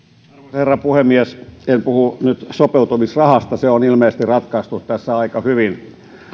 herra puhemies en puhu nyt sopeutumisrahasta se on ilmeisesti ratkaistu tässä aika hyvin